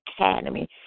Academy